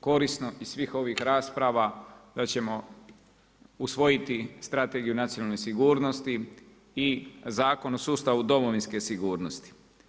korisno iz svih ovih rasprava da ćemo usvojiti Strategiju nacionalne sigurnosti i Zakon o sustavu domovinske sigurnosti.